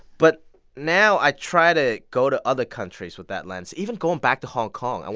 but now i try to go to other countries with that lens, even going back to hong kong. and